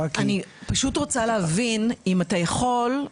אני פשוט רוצה להבין אם אתה יכול.